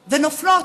ונופלות.